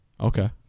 Okay